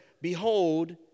behold